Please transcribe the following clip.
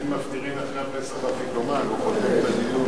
אדוני היושב-ראש, עמדתי ברורה בנושא הזה.